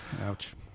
Ouch